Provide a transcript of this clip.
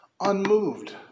unmoved